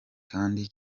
kandi